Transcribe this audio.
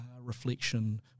reflection